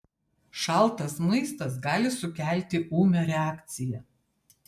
šaltas maistas gali sukelti ūmią reakciją